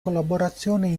collaborazione